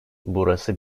burası